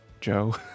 Joe